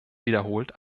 wiederholt